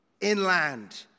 inland